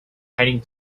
hiding